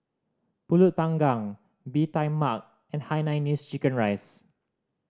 Pulut Panggang Bee Tai Mak and hainanese chicken rice